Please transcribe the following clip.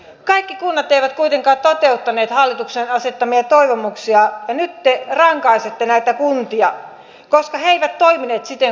kaikki kunnat eivät kuitenkaan toteuttaneet hallituksen asettamia toivomuksia ja nyt te rankaisette näitä kuntia koska ne eivät toimineet siten kuin te halusitte